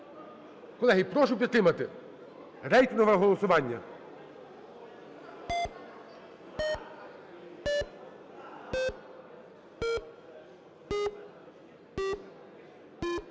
Колеги, я прошу підтримати, рейтингове голосування.